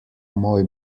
moj